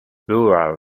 rural